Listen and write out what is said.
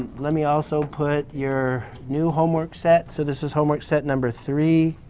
let me also put your new homework set, so this is homework set number three.